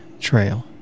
trail